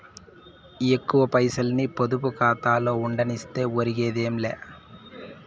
ఎక్కువ పైసల్ని పొదుపు కాతాలో ఉండనిస్తే ఒరిగేదేమీ లా